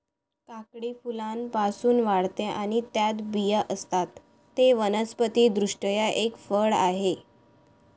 काकडी फुलांपासून वाढते आणि त्यात बिया असतात, ते वनस्पति दृष्ट्या एक फळ आहे